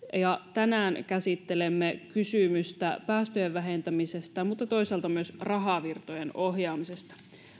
tänään käsittelemme kysymystä päästöjen vähentämisestä mutta toisaalta myös rahavirtojen ohjaamisesta